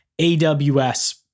AWS